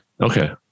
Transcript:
Okay